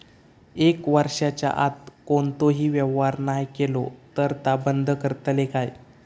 एक वर्षाच्या आत कोणतोही व्यवहार नाय केलो तर ता बंद करतले काय?